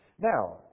Now